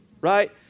Right